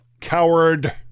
Coward